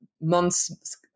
months